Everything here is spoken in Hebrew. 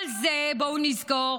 בואו נזכור